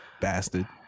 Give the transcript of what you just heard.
Bastard